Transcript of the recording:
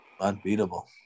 unbeatable